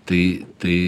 tai tai